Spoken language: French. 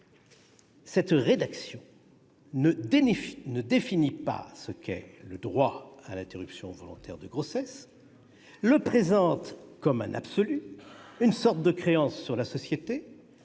la rédaction proposée ne définit pas ce qu'est le droit à l'interruption volontaire de grossesse, le présente comme un absolu, une sorte de créance sur la société,